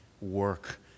work